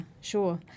sure